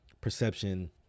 perception